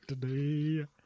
today